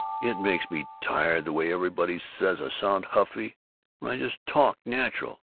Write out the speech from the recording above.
it makes me tired the way everybody says i sound huffy when i just talk natural!